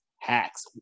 hacks